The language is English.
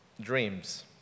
dreams